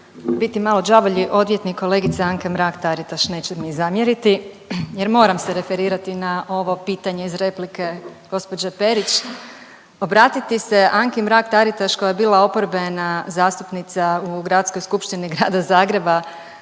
biti malo đavolji odvjetnik kolegice Anke Mrak-Taritaš neće mi zamjeriti jer moram se referirati na ovo pitanje iz replike gospođe Perić. Obratiti se Anki Mrak-Taritaš koja je bila oporbena zastupnica u Gradskoj skupštini Grada Zagreba.